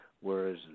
whereas